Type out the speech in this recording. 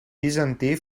bizantí